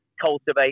cultivate